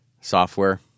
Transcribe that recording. software